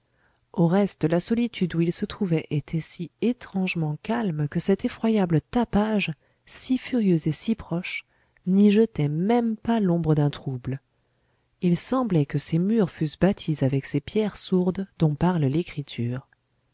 au reste la solitude où il se trouvait était si étrangement calme que cet effroyable tapage si furieux et si proche n'y jetait même pas l'ombre d'un trouble il semblait que ces murs fussent bâtis avec ces pierres sourdes dont parle l'écriture